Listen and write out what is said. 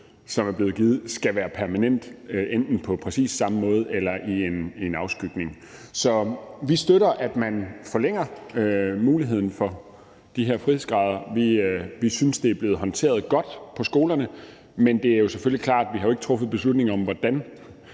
som er blevet givet, skal være permanent, enten på præcis den samme måde eller i en afskygning. Så vi støtter, at man forlænger muligheden for de her frihedsgrader. Vi synes, det er blevet håndteret godt på skolerne, men det er jo selvfølgelig klart, at vi ikke har truffet en beslutning om, hvordan